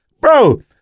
bro